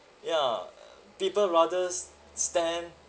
ya and people rather stand